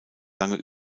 lange